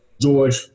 George